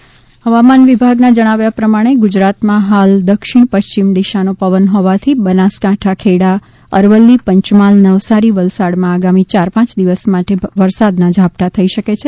વરસાદ હવામાન વિભાગ હવામાન વિભાગના જણાવ્યા પ્રમાણે ગુજરાતમાં હાલ દક્ષિણ પશ્ચિમ દિશાનો પવન હોવાથી બનાસકાંઠા ખેડા અરવલ્લી પંચમહાલ નવસારી વલસાડમાં આગામી ચાર પાંચ દિવસ ભારે વરસાદના ઝાપટા થઈ શકે છે